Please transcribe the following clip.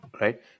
right